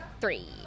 Three